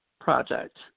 project